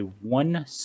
one